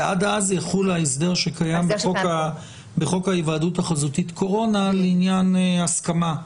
ועד אז יחול ההסדר שקיים בחוק ההיוועדות החזותית קורונה לעניין הסכמה.